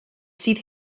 sydd